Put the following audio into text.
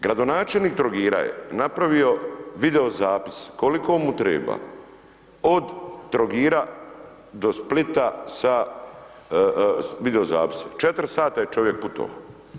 Gradonačelnik Trogira je napravio video zapis koliko mu treba od Trogira do Splita, sa videozapis, 4 sata je čovjek putovao.